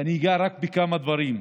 ואני אגע רק בכמה דברים: